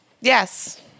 Yes